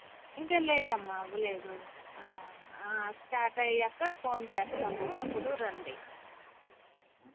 ఇంకా లేదమ్మా అవ్వలేదు స్టార్ట్ అయ్యాక ఫోన్ చేస్తాము అప్పుడు రండి